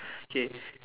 okay